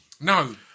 No